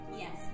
Yes